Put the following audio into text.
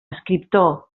escriptor